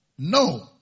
No